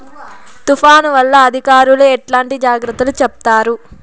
తుఫాను వల్ల అధికారులు ఎట్లాంటి జాగ్రత్తలు చెప్తారు?